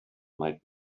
might